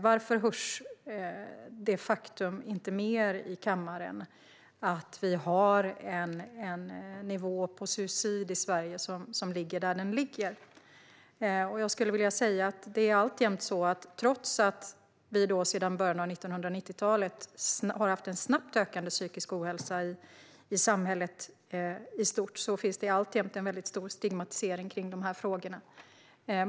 Varför hörs det faktum inte mer i kammaren att vi har en nivå på suicid i Sverige som ligger där den ligger? Trots att vi sedan början av 1990-talet har haft en snabbt ökande psykisk ohälsa i samhället i stort finns det alltjämt en väldigt stor stigmatisering kring dessa frågor.